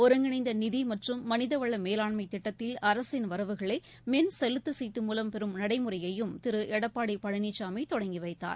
ஒருங்கிணைந்த நிதி மற்றும் மனிதவள மேலாண்மை திட்டத்தில் அரசின் வரவுகளை மின் செலுத்து சீட்டு மூலம் பெறும் நடைமுறையையும் திரு எடப்பாடி பழனிசாமி தொடங்கி வைத்தார்